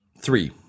Three